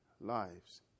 lives